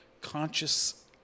Conscious